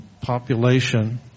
population